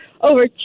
over